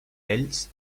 ells